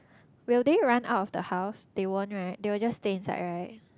will they run out of the house they won't right they will just stay inside right